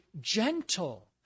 gentle